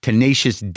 Tenacious